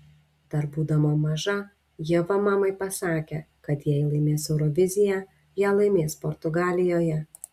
dar būdama maža ieva mamai pasakė kad jei laimės euroviziją ją laimės portugalijoje